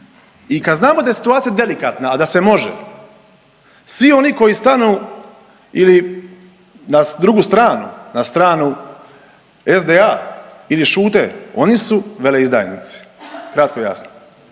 I kad znamo da je situacija delikatna, a da se može svi oni koji stanu ili na drugu stranu, na stranu SDA ili šute oni su veleizdajnici, kratko i jasno.